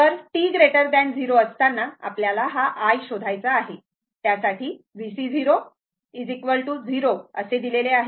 तर t 0 असताना हा i शोधायचा आहे त्यासाठी VC0 0 दिलेले आहे